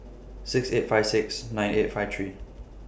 six eight five six nine eight five three